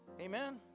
Amen